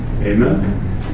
Amen